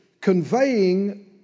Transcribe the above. conveying